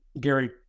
Gary